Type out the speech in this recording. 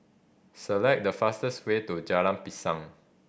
select the fastest way to Jalan Pisang